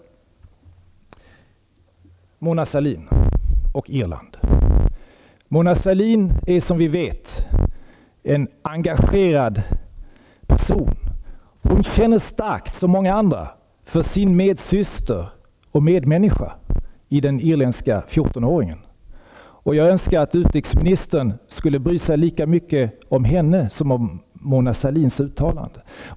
Beträffande Mona Sahlin och Irland vill jag säga följande. Mona Sahlin är som vi vet en engagerad person. Hon känner starkt, som många andra, för sin medsyster och medmänniska i den irländska 14 åringen. Jag önskar att utrikesministern skulle bry sig lika mycket om denna flicka som om Mona Sahlins uttalande.